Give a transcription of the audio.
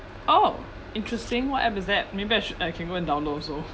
oh interesting what app is that maybe I shou~ I can go and download also